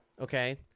okay